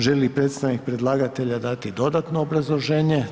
Želi li predstavnik predlagatelja dati dodatno obrazloženje?